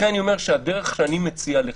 לכן אני אומר שהדרך שאני מציע לך,